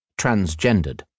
transgendered